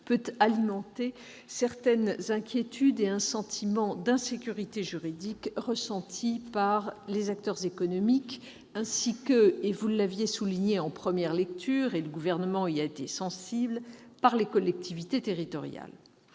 peut alimenter quelques inquiétudes et un sentiment d'insécurité juridique, qui est ressenti par certains acteurs économiques, ainsi que- vous l'aviez souligné en première lecture et le Gouvernement y a été sensible -par les collectivités territoriales.